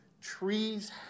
Trees